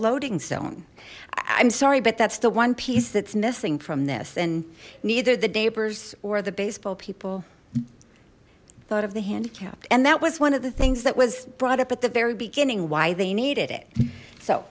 loading zone i'm sorry but that's the one piece that's missing from this and neither the neighbors or the baseball people thought of the handicapped and that was one of the things that was brought up at the very beginning why they needed it so